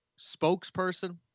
spokesperson